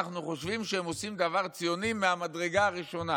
אנחנו חושבים שהם עושים דבר ציוני מהמדרגה הראשונה,